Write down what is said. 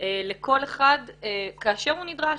לכל אחד כאשר הוא נדרש.